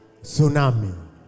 tsunami